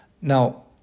Now